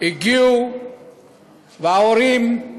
והגיעו ההורים,